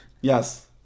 Yes